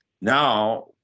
now